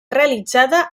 realitzada